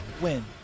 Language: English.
win